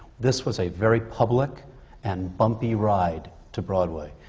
this was a very public and bumpy ride to broadway.